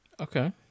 Okay